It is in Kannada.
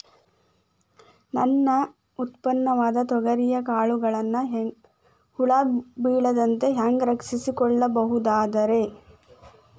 ನನ್ನ ಉತ್ಪನ್ನವಾದ ತೊಗರಿಯ ಕಾಳುಗಳನ್ನ ಹುಳ ಬೇಳದಂತೆ ಹ್ಯಾಂಗ ರಕ್ಷಿಸಿಕೊಳ್ಳಬಹುದರೇ?